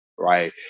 right